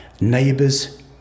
neighbors